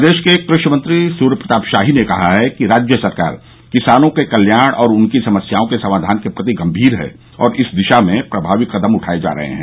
प्रदेश के कृषि मंत्री सूर्य प्रताप शाही ने कहा है कि राज्य सरकार किसानों के कल्याण और उनकी समस्याओं के समाधान के प्रति गंभीर है और इस दिशा में प्रभावी कदम उठाये जा रहे हैं